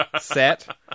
set